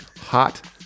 hot